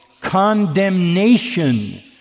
condemnation